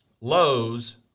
lows